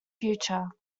future